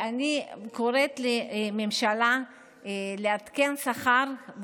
אני קוראת לממשלה לעדכן את השכר,